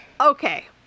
okay